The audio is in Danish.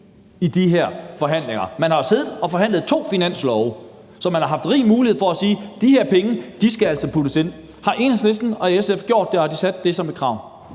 i de her forhandlinger. Man har jo siddet og forhandlet to finanslove, så man har haft rig mulighed for at sige, at de her penge altså skal puttes ind. Har Enhedslisten og SF gjort det, altså sat det som et krav?